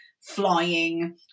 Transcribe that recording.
flying